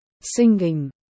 Singing